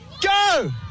Go